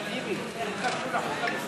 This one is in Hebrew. אחמד טיבי, איך זה קשור לחוק המסתננים.